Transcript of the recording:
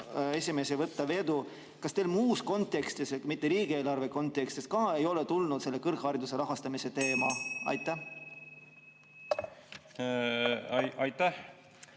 Esimees ei võta vedu. Kas teil muus kontekstis, mitte riigieelarve kontekstis, ka ei ole tulnud see kõrghariduse rahastamise teema [kõne alla]?